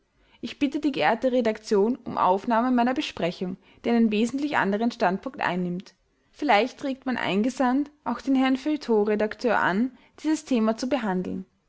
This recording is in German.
ich bitte die geehrte redaktion um aufnahme meiner besprechung die einen wesentlich anderen standpunkt einnimmt vielleicht regt mein eingesandt auch den herrn feuilleton redakteur an dieses thema zu behandeln